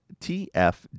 TF